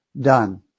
done